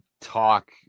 talk